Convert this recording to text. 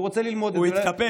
והוא רוצה ללמוד את זה,